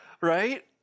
right